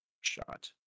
shot